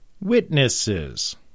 witnesses